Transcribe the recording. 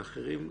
לאחרים.